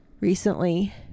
Recently